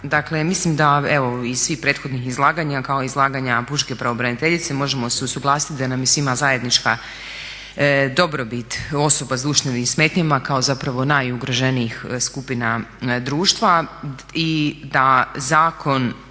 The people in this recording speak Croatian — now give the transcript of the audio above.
Dakle mislim da evo iz svih prethodnih izlaganja kao izlaganja pučke pravobraniteljice možemo se usuglasit da nam je svima zajednička dobrobit osoba s duševnim smetnjama kao zapravo najugroženijih skupina društva i da Zakon